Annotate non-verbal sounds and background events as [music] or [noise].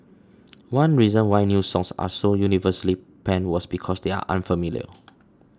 [noise] one reason why new songs are so universally panned was because they are unfamiliar